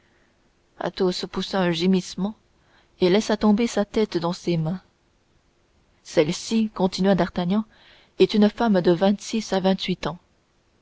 amiens athos poussa un gémissement et laissa tomber sa tête dans ses mains celle-ci continua d'artagnan est une femme de vingt-six à vingt-huit ans